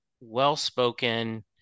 well-spoken